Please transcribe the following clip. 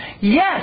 Yes